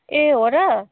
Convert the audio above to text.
ए हो र